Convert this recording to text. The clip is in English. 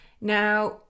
Now